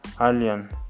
Alien